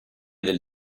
del